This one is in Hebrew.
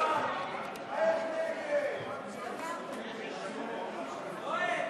מסדר-היום את הצעת חוק הגנת הצרכן (תיקון,